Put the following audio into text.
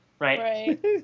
Right